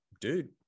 dude